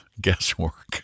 guesswork